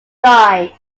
died